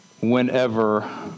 whenever